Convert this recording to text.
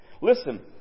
Listen